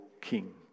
king